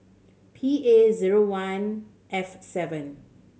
P A zero one F seven